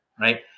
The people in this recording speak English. Right